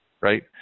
right